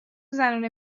زنونه